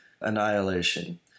annihilation